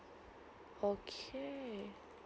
okay